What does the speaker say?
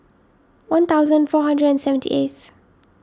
one thousand four hundred and seventy eighth